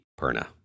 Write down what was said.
Perna